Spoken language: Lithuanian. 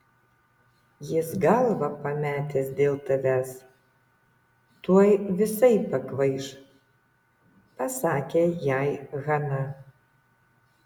jis galvą pametęs dėl tavęs tuoj visai pakvaiš pasakė jai hana